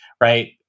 right